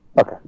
Okay